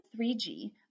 3G